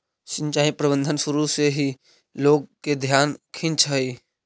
सिंचाई प्रबंधन शुरू से ही लोग के ध्यान खींचऽ हइ